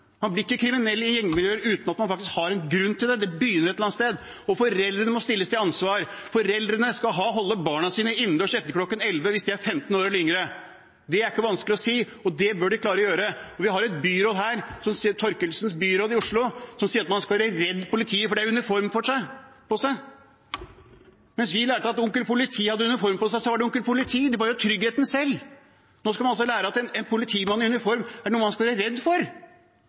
Man blir ikke kriminell i gjengmiljøer uten at man faktisk har en grunn til det – det begynner et eller annet sted. Foreldrene må stilles til ansvar, foreldrene skal holde barna sine innendørs etter kl. 23 hvis de er 15 år eller yngre. Det er ikke vanskelig å si, det bør de klare å gjøre. Vi har en byråd her i Oslo, Thorkildsen, som sier at man skal være redd for politiet, for de har uniform på seg, mens vi lærte at onkel politi hadde uniform på seg, og at onkel politi var tryggheten selv. Nå skal man altså lære at en politimann i uniform er noe man skal være redd for.